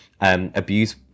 abuse